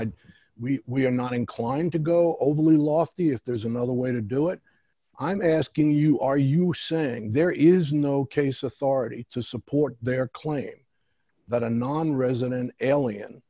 i we we're not inclined to go overly lofty if there is another way to do it i'm asking you are you saying there is no case authority to support their claim that a nonresident alien